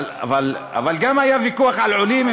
אבל גם היה ויכוח על עולים,